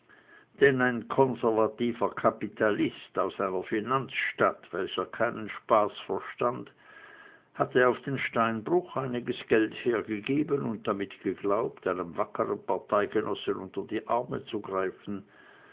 denn ein konservativer kapitalist aus einer finanzstadt welcher keinen spaß verstand hatte auf den steinbruch einiges geld hergegeben und damit geglaubt einem wackern parteigenossen unter die arme zu greifen